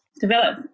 develop